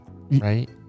Right